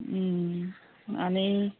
आनी